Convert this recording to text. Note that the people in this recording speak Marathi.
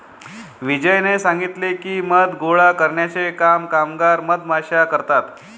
विजयने सांगितले की, मध गोळा करण्याचे काम कामगार मधमाश्या करतात